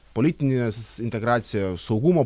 politinės integracijos saugumo